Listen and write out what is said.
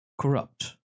corrupt